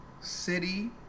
city